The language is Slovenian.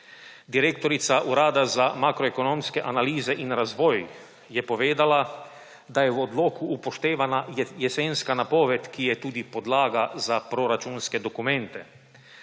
Direktorica Urada za makroekonomske analize in razvoj je povedala, da je v odloku upoštevana jesenska napoved, ki je tudi podlaga za proračunske dokumente.